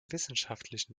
wissenschaftlichen